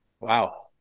Wow